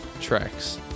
tracks